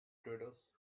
traders